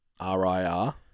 RIR